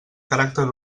caràcter